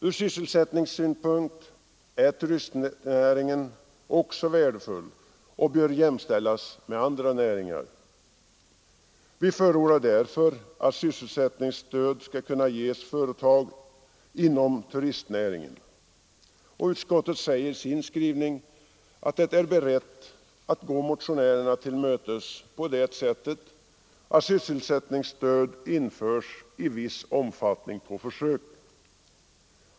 Från sysselsättningssynpunkt är turistnäringen också värdefull och bör jämställas med andra näringar. Vi förordar därför att sysselsättningsstöd skall kunna ges företag inom turistnäringen. Utskottet säger i sin skrivning att det är berett att gå motionärerna till mötes på det sättet att sysselsättningsstöd införs i viss omfattning på försök.